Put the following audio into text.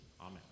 amen